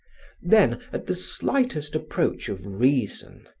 then, at the slightest approach of reason,